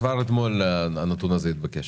כבר אתמול הנתון הזה התבקש.